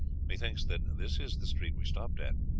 methinks that this is the street we stopped at.